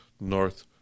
North